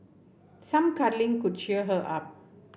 some cuddling could cheer her up